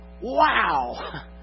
Wow